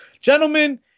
Gentlemen